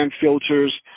filters